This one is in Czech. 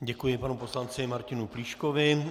Děkuji panu poslanci Martinu Plíškovi.